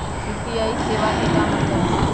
UPI सेवा के का मतलब है?